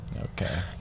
Okay